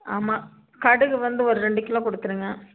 ஆமாம் கடுகு வந்து ஒரு ரெண்டு கிலோ கொடுத்துருங்க